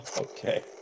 Okay